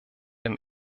dem